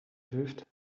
hilft